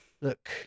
Look